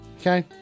Okay